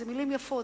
מלים יפות,